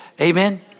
Amen